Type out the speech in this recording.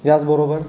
याचबरोबर